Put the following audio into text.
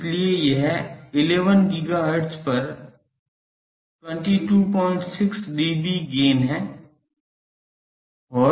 इसलिए यह 11 GHz पर 226 dB गेन है